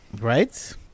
Right